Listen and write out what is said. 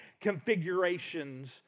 configurations